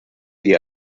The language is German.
dir